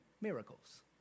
miracles